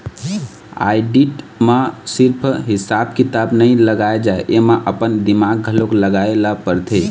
audit म सिरिफ हिसाब किताब नइ लगाए जाए एमा अपन दिमाक घलोक लगाए ल परथे